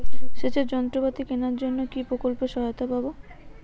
সেচের যন্ত্রপাতি কেনার জন্য কি প্রকল্পে সহায়তা পাব?